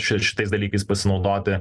ši šitais dalykais pasinaudoti